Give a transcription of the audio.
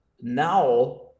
now